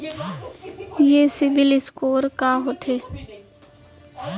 ये CIBIL score का होथे?